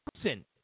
person